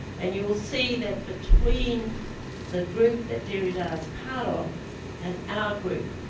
and you will see that between the group that derrida's part of and our group,